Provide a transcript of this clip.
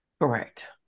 Correct